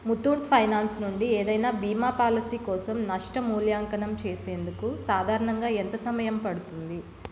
Muthoot finance నుండి ఏదైన బీమా పాలసీ కోసం నష్ట మూల్యాంకనం చేసేందుకు సాధారణంగా ఎంత సమయం పడుతుంది